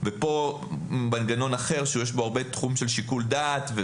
ופה מנגנון אחר שיש בו הרבה תחום של שיקול דעת.